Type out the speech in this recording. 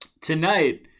Tonight